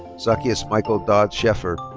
zacchaeus michael dodds scheffer.